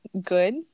good